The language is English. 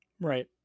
Right